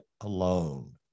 alone